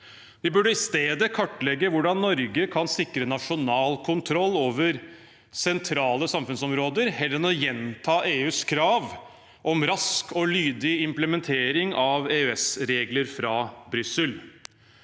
Vi burde kartlegge hvordan Norge kan sikre nasjonal kontroll over sentrale samfunnsområder, heller enn å gjenta EUs krav om rask og lydig implementering av EØSregler fra Brussel.